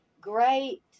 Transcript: great